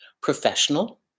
professional